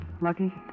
Lucky